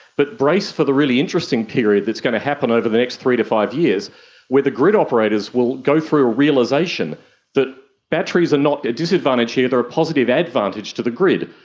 but brace for the really interesting period that's going to happen over the next three to five years where the grid operators will go through a realisation that batteries are not a disadvantage here, they are positive advantage to the grid.